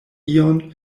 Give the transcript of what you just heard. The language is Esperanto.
ion